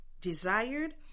Desired